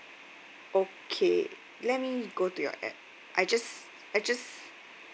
okay let me go to your app I just I just